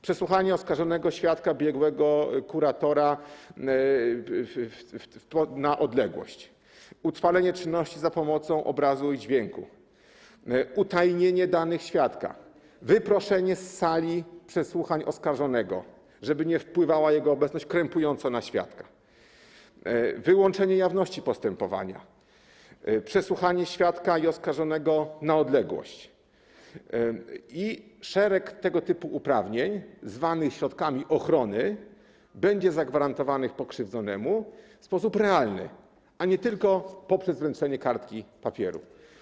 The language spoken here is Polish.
Przesłuchanie oskarżonego, świadka, biegłego, kuratora na odległość, utrwalenie czynności za pomocą obrazu i dźwięku, utajnienie danych świadka, wyproszenie z sali przesłuchań oskarżonego, żeby jego obecność nie wpływała krępująco na świadka, wyłączenie jawności postępowania, przesłuchanie świadka i oskarżonego na odległość - szereg tego typu uprawnień zwanych środkami ochrony będzie zagwarantowanych pokrzywdzonemu w sposób realny, a nie tylko poprzez wręczenie kartki papieru.